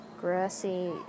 grassy